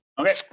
Okay